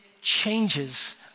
changes